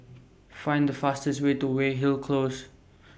Find The fastest Way to Weyhill Close